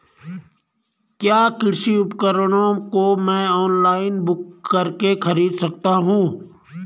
क्या कृषि उपकरणों को मैं ऑनलाइन बुक करके खरीद सकता हूँ?